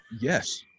yes